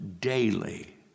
daily